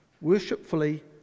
worshipfully